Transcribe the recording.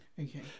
Okay